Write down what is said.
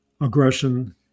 aggression